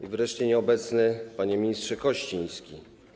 I wreszcie: Nieobecny Panie Ministrze Kościński!